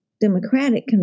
Democratic